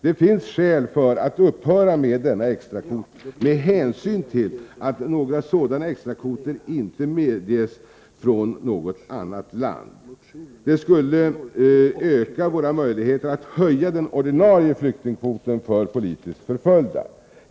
Det finns skäl för att upphöra med denna extra kvot med hänsyn till att några sådana extra kvoter inte medges från något annat land. Detta skulle öka våra möjligheter att höja den ordinarie flyktingkvoten för politiskt förföljda.